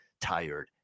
tired